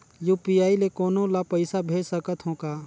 UPI ले कोनो ला पइसा भेज सकत हों का?